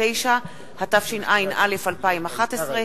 59), התשע"א 2011,